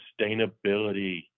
sustainability